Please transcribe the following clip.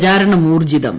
പ്രചാരണം ഊർജിതം